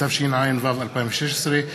התשע"ו 2016,